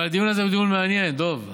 אבל הדיון הזה הוא דיון מעניין, דב.